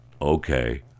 Okay